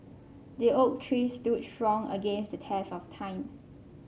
the oak tree stood strong against the test of time